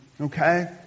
Okay